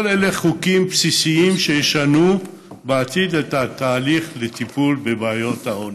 כל אלה חוקים בסיסיים שישנו בעתיד את התהליך לטיפול בבעיות העוני.